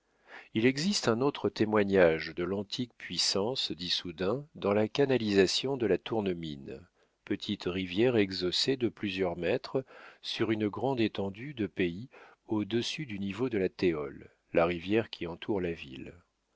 il existe un autre témoignage de l'antique puissance d'issoudun dans la canalisation de la tournemine petite rivière exhaussée de plusieurs mètres sur une grande étendue de pays au-dessus du niveau de la théols la rivière qui entoure la ville